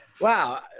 Wow